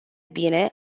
bine